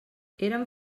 eren